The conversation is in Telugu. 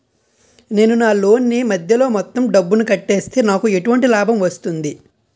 నేను నా లోన్ నీ మధ్యలో మొత్తం డబ్బును కట్టేస్తే నాకు ఎటువంటి లాభం వస్తుంది?